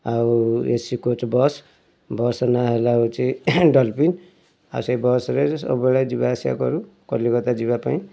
ଆଉ AC coach bus ବସ୍ର ନା ହେଲା ହେଉଛି ଡଲଫିନ୍ ଆଉ ସେ ବସ୍ରେ ସବୁବେଳେ ଯିବା ଆସିବା କରୁ କଲିକତା ଯିବା ପାଇଁ